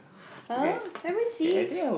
(huh) let me see